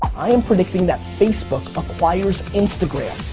i am predicting that facebook acquires instagram,